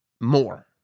more